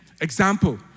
Example